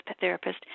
therapist